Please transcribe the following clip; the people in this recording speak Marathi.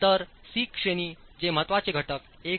तर सी श्रेणी जे महत्त्वाचे घटक 1